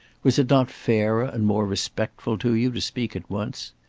was it not fairer and more respectful to you to speak at once?